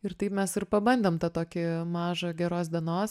ir taip mes ir pabandėm tą tokį mažą geros dienos